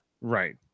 right